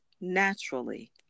naturally